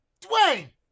Dwayne